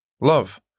love